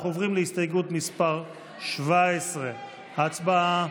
אנחנו עוברים להסתייגות מס' 17. הצבעה.